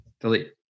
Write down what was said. Delete